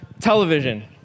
television